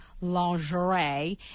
Lingerie